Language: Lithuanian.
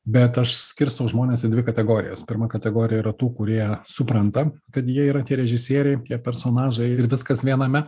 bet aš skirstau žmones į dvi kategorijas pirma kategorija yra tų kurie supranta kad jie yra tie režisieriai jie personažai ir viskas viename